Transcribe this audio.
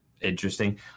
interesting